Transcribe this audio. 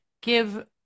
give